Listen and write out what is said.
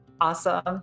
awesome